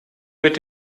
mit